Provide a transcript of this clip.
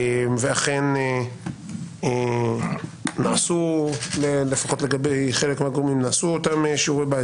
אכן נעשו - לפחות לגבי חלק מהגורמים אותם שיעורי בית,